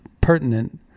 pertinent